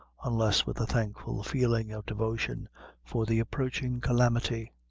unless with a thankful feeling of devotion for the approaching calamity.